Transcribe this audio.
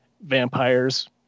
vampires